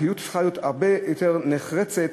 הפעילות צריכה להיות הרבה יותר נחרצת,